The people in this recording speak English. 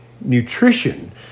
nutrition